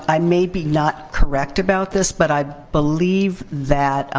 i may be not correct about this, but i believe that